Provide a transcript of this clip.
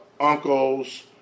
uncles